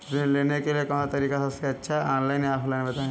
ऋण लेने के लिए कौन सा तरीका सबसे अच्छा है ऑनलाइन या ऑफलाइन बताएँ?